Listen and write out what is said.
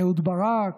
אהוד ברק,